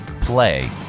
play